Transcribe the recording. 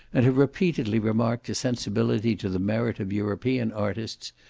and have repeatedly remarked a sensibility to the merit of european artists,